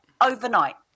overnight